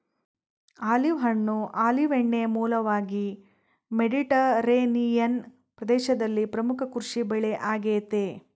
olive ಹಣ್ಣು olive ಎಣ್ಣೆಯ ಮೂಲವಾಗಿ ಮೆಡಿಟರೇನಿಯನ್ ಪ್ರದೇಶದಲ್ಲಿ ಪ್ರಮುಖ ಕೃಷಿಬೆಳೆ ಆಗೆತೆ